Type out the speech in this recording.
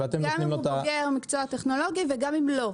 אם בוגר מקצוע טכנולוגי וגם אם לא.